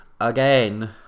again